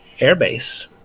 airbase